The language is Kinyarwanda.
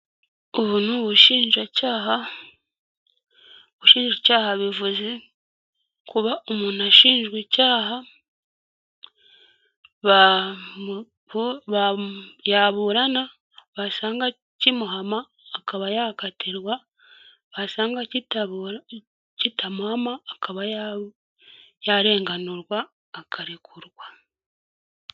Ubu ni ubushinjacyaha ubushinjacyaha bivuze kuba umuntu ashinjwa icyaha, yaburana basanga kimuhama akaba yakatirwa, basanga kitamuhama akaba yarenganurwa akarekurwa.